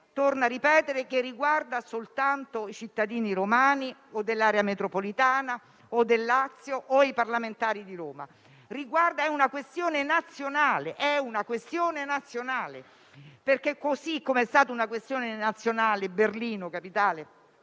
torno a ripetere - riguarda soltanto i cittadini romani, i cittadini dell'area metropolitana, del Lazio o i parlamentari di Roma, ma è una questione nazionale. Così com'è stata una questione nazionale Berlino, capitale